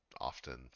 often